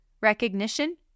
recognition